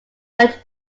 went